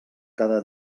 cada